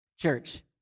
Church